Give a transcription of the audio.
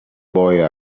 boy